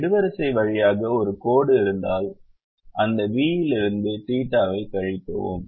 ஒரு நெடுவரிசை வழியாக ஒரு கோடு இருந்தால் அந்த v இலிருந்து தீட்டாவைக் θ கழிக்கவும்